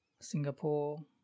Singapore